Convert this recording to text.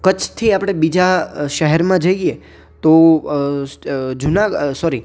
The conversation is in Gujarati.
કચ્છથી આપણે બીજા શહેરમાં જઈએ તો આ જુનાગઢ સોરી